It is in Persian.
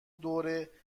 دوره